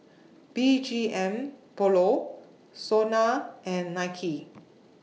B G M Polo Sona and Nike